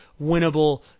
winnable